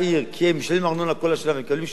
כי הם משלמים ארנונה כל השנה ומקבלים שירותים